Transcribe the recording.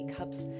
Cups